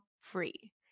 free